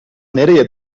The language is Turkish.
nereye